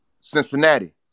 Cincinnati